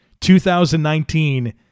2019